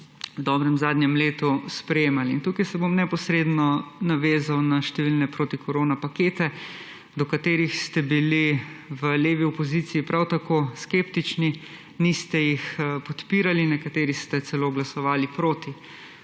v dobrem zadnjem letu sprejemali. Tukaj se bom neposredno navezal na številne protikoronapakete, do katerih ste bili v levi opoziciji prav tako skeptični, niste jih podpirali, nekateri ste celo glasovali proti,